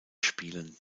spielen